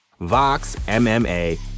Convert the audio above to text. VOXMMA